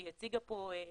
שהיא הציגה פה לפני,